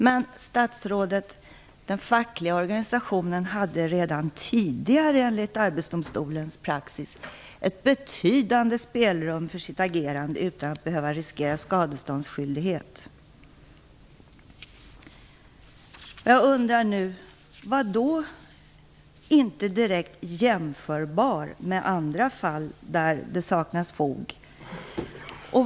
Men statsrådet, den fackliga organisationen hade redan tidigare enligt arbetsdomstolens praxis ett betydande spelrum för sitt agerande utan att behöva riskera skadeståndsskyldighet. Jag undrar nu vad som menas med att detta fall är "inte direkt jämförbar" med andra fall där det saknas fog.